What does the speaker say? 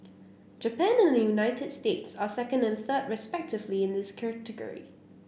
Japan and the United States are second and third respectively in this category